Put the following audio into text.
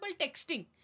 texting